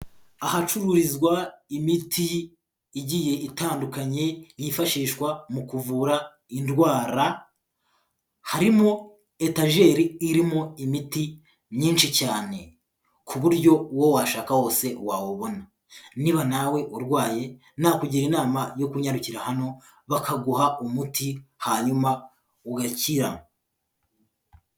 Ahacururizwa imiti igiye itandukanye, yifashishwa mu kuvura indwara, harimo etageri irimo imiti myinshi cyane ku buryo uwo washaka wose wawubona. Niba nawe urwaye nakugira inama yo kunyarukira hano bakaguha umuti hanyuma ugakira.